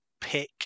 pick